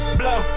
blow